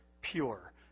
pure